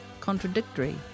contradictory